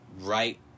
right